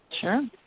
Sure